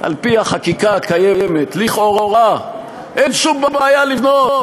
על-פי החקיקה הקיימת, לכאורה אין שום בעיה לבנות,